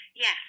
Yes